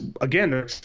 Again